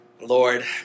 Lord